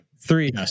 Three